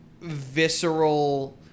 visceral